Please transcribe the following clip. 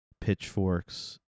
pitchforks